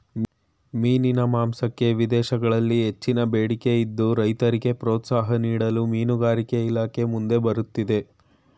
ಮೀನಿನ ಮಾಂಸಕ್ಕೆ ವಿದೇಶಗಳಲ್ಲಿ ಹೆಚ್ಚಿನ ಬೇಡಿಕೆ ಇದ್ದು, ರೈತರಿಗೆ ಪ್ರೋತ್ಸಾಹ ನೀಡಲು ಮೀನುಗಾರಿಕೆ ಇಲಾಖೆ ಮುಂದೆ ಬರುತ್ತಿದೆ